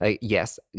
Yes